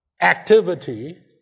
activity